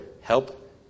help